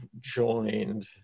joined